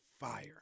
fire